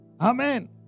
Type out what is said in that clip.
Amen